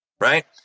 Right